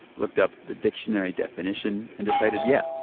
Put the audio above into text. looked up the dictionary definition and decided, yeah,